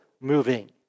moving